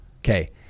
Okay